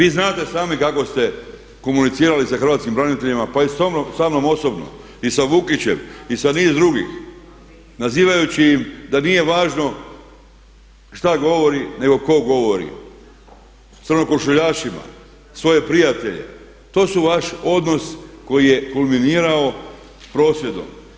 I znate sami kako ste komunicirali sa hrvatskim braniteljima pa i samnom osobno i sa Vukićem i sa niz drugih nazivajući ih da nije važno šta govori nego tko govori, crnokošuljašima svoje prijatelje, to su vaš odnos koji je kulminirao prosvjedom.